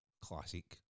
classic